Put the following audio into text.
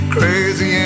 Crazy